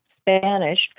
Spanish